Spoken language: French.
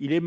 est mort